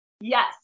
Yes